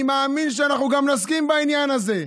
אני מאמין שאנחנו נסכים בעניין הזה,